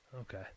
Okay